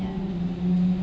ya